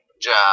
job